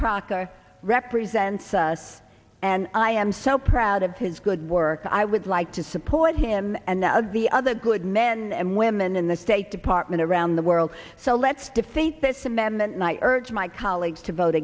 crocker represents us and i am so proud of his good work i would like to support him and of the other good men and women in the state department around the world so let's defeat this amendment night urge my colleagues to vote